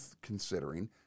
considering